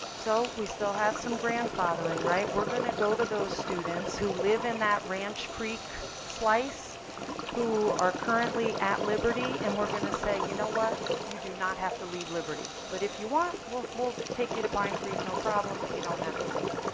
so we still have some grandfathering. we're going to go to those students who live in that ranch creek slice who are currently at liberty and we're going to say, you know what, you do not have to leave liberty. but if you want, we'll we'll take you to pine creek, no problem. but you don't have to leave.